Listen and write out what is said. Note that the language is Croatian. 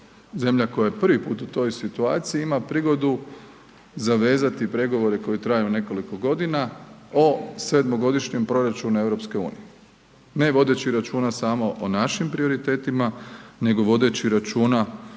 zemlja koja je prvi puta u toj situaciji ima prigodu zavezati pregovore koji traju nekoliko godina o sedmogodišnjem proračunu EU, ne vodeći računa samo o našim prioritetima, nego vodeći računa